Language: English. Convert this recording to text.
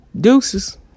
Deuces